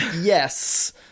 yes